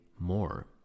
more